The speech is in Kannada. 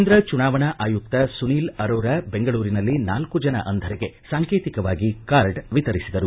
ಕೇಂದ್ರ ಚುನಾವಣಾ ಆಯುಕ್ತ ಸುನಿಲ್ ಅರೋರ ಬೆಂಗಳೂರಿನಲ್ಲಿ ನಾಲ್ಲು ಜನ ಅಂಧರಿಗೆ ಸಾಂಕೇತಿಕವಾಗಿ ಕಾರ್ಡ್ ವಿತರಿಸಿದರು